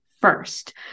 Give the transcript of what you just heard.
first